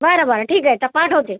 बरं बरं ठीक आहे तर पाठवते